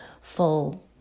full